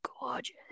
gorgeous